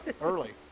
early